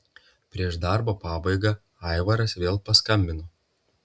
prieš darbo pabaigą aivaras vėl paskambino